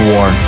War